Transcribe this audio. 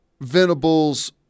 Venables